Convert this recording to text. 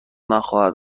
نخواهد